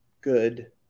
good